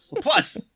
Plus